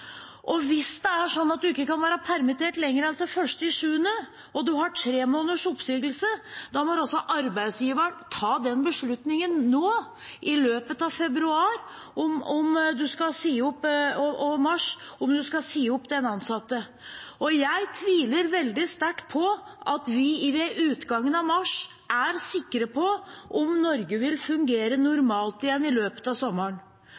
Hvis det er sånn at en ikke kan være permittert lenger enn til 1. juli og en har tre måneders oppsigelse, må altså arbeidsgiveren ta beslutningen nå, i løpet av februar og mars, om en skal si opp den ansatte. Jeg tviler veldig sterkt på at vi ved utgangen av mars er sikre på om Norge vil fungere normalt igjen i løpet av sommeren,